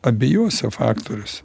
abejose faktorius